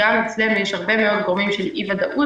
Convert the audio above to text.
גם אצלנו יש הרבה מאוד גורמים של אי-ודאות